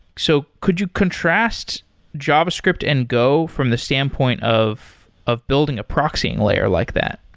so could you contrast javascript and go from the standpoint of of building a proxying layer like that?